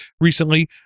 recently